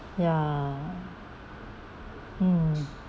ya mm